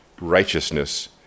righteousness